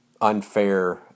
unfair